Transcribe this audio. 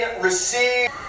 receive